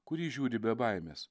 kurį žiūri be baimės